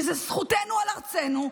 שזו זכותנו על ארצנו,